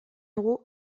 dago